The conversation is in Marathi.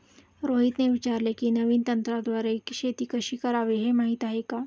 रोहितने विचारले की, नवीन तंत्राद्वारे शेती कशी करावी, हे माहीत आहे का?